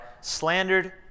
slandered